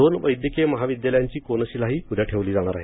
दोन वैद्यकीय महाविद्यालयांची कोनशीलाही उद्या ठेवली जाणार आहे